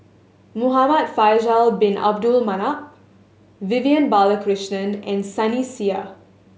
Muhamad Faisal Bin Abdul Manap Vivian Balakrishnan and Sunny Sia